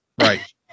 Right